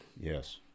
Yes